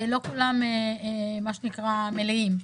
לא כולם הם מה שנקרא 'מלאים'.